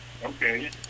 Okay